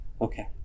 Okay